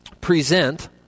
present